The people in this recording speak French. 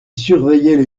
surveillaient